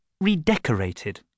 redecorated